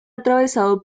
atravesado